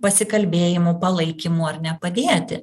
pasikalbėjimu palaikymu ar ne padėti